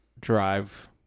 drive